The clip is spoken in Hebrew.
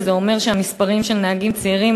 אז זה אומר שהמספרים של נהגים צעירים